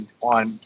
on